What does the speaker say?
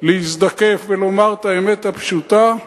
להזדקף ולומר את האמת הפשוטה,